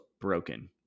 broken